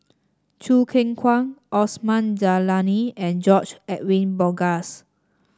Choo Keng Kwang Osman Zailani and George Edwin Bogaars